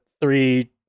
three